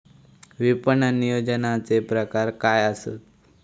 विपणन नियोजनाचे प्रकार काय आसत?